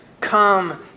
come